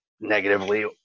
negatively